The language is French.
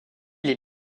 les